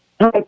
Hi